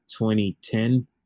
2010